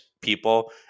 people